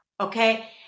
okay